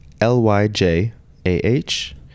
L-Y-J-A-H